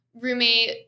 roommate